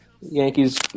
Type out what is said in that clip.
Yankees